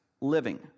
living